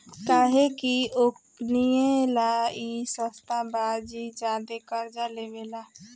काहे कि ओकनीये ला ई सस्ता बा जे ज्यादे कर्जा लेवेला